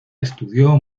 estudió